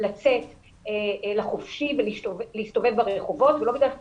לצאת לחופשי ולהסתובב ברחובות ולא בגלל שאנחנו